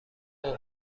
اوه